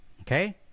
okay